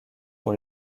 pour